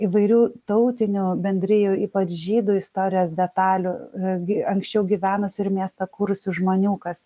įvairių tautinių bendrijų ypač žydų istorijos detalių gi anksčiau gyvenusių ir miestą kūrusių žmonių kas